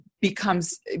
becomes